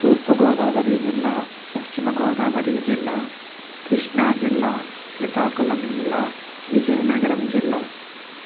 తూర్పుగోదావరి జిల్లా పశ్చిమగోదావరి జిల్లా కృష్ణాజిల్లా శ్రీకాకుళం జిల్లా విజయనగరం జిల్లా